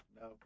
No